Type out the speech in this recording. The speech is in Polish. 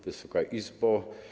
Wysoka Izbo!